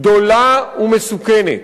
גדולה ומסוכנת.